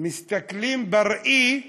מסתכלים בראי,